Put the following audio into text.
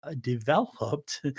developed